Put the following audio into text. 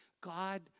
God